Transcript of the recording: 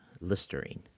Listerine